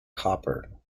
copper